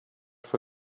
for